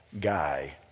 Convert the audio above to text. guy